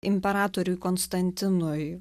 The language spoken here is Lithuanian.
imperatoriui konstantinui